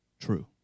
true